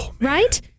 right